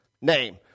name